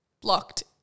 Blocked